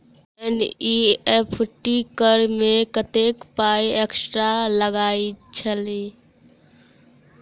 NEFT करऽ मे कत्तेक पाई एक्स्ट्रा लागई छई?